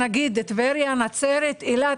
נאמר טבריה, נצרת, אילת?